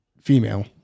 female